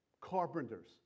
Carpenters